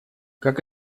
как